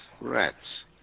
Rats